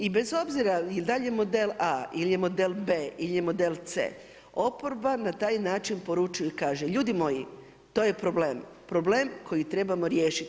I bez obzira i da li je model A ili je model B ili je model C, oporba na taj način poručuje i kaže, ljudi moji to je problem, problem koji trebamo riješiti.